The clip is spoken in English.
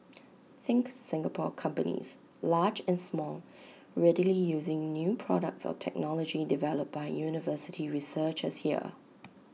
think Singapore companies large and small readily using new products or technology developed by university researchers here